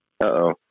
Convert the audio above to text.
uh-oh